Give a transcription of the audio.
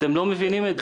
אתם לא מבינים את זה.